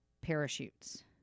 parachutes